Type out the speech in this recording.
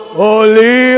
holy